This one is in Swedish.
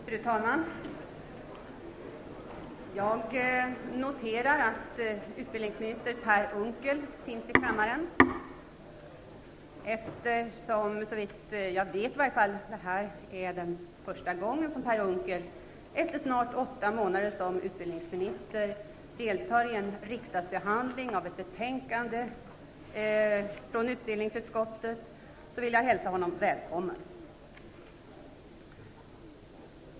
Fru talman! Jag noterar att utbildningsminister Per Unckel finns i kammaren. Eftersom detta, såvitt jag vet, är första gången som Per Unckel efter snart åtta månader som utbildningsminister deltar i kammarbehandlingen av ett betänkande från utbildningsutskottet, vill jag hälsa honom välkommen.